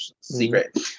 secret